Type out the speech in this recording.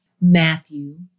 Matthew